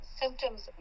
symptoms